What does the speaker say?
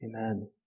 Amen